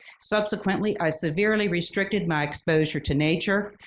subsequently i severely restricted my exposure to nature.